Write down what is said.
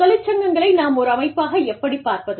தொழிற்சங்கங்களை நாம் ஒரு அமைப்பாக எப்படிப் பார்ப்பது